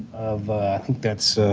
of i think that's